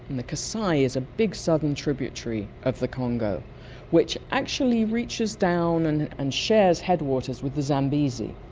and the kasai is a big southern tributary of the congo which actually reaches down and and shares headwaters with the zambezi.